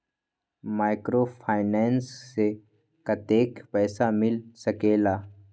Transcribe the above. Microfinance से कतेक पैसा मिल सकले ला?